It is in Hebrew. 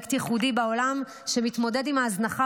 פרויקט ייחודי בעולם שמתמודד עם ההזנחה